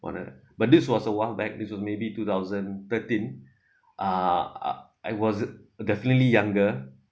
want to but this was a one back news on maybe two thousand thirteen uh I was definitely younger